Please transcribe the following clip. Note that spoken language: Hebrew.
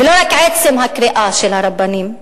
ולא רק עצם הקריאה של הרבנים.